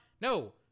no